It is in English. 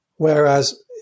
Whereas